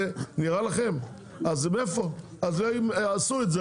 הם עשו את זה,